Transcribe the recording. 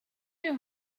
you